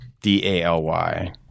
D-A-L-Y